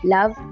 Love